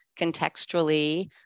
contextually